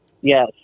Yes